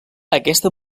aquesta